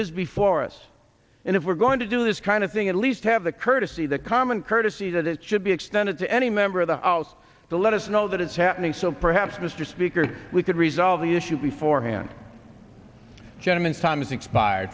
is before us and if we're going to do this kind of thing at least have the courtesy the common courtesy that it should be extended to any member of the house to let us know that it's happening so perhaps mr speaker we could resolve the issue before hand gentlemen time has expired